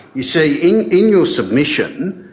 you see, in in your submission,